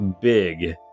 big